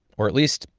or at least,